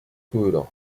köder